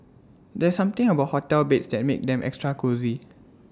there's something about hotel beds that makes them extra cosy